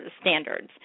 standards